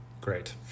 great